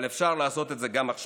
אבל אפשר לעשות את זה גם עכשיו,